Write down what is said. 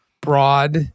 broad